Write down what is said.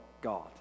God